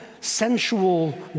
sensual